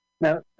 Now